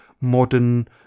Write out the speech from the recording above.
modern